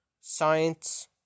Science